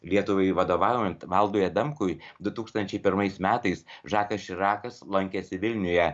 lietuvai vadovaujant valdui adamkui du tūkstančiai pirmais metais žakas širakas lankėsi vilniuje